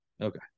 Okay